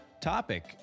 topic